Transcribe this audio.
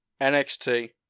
NXT